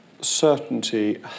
certainty